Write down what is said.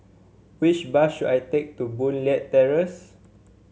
which bus should I take to Boon Leat Terrace